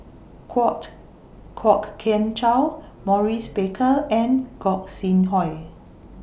Kwok Kian Chow Maurice Baker and Gog Sing Hooi